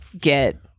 get